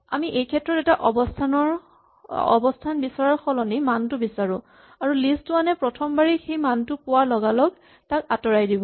আমি এই ক্ষেত্ৰত এটা অৱস্হান বিচৰাৰ সলনি মানটো বিচাৰো আৰু লিষ্ট ৱান এ প্ৰথম বাৰেই সেই মানটো পোৱা লগালগ তাক আঁতৰাই দিব